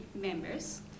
members